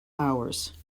hours